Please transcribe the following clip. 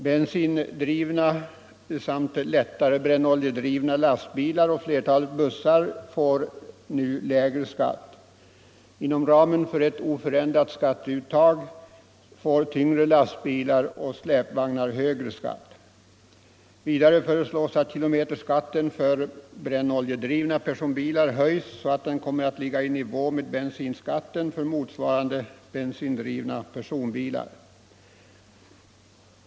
Bensindrivna och lättare brännoljedrivna lastbilar samt flertalet bussar får nu lägre skatt. Inom ramen för ett oförändrat skatteuttag får tyngre lastbilar och släpvagnar högre skatt. Vidare föreslås att kilometerskatten för brännoljedrivna personbilar höjs, så att den kommer att ligga i nivå med bensinskatten för motsvarande bensindrivna personbilar.